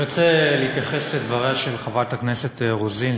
אני רוצה להתייחס לדבריה של חברת הכנסת רוזין,